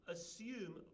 Assume